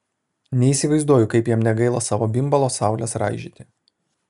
neįsivaizduoju kaip jam negaila savo bimbalo saules raižyti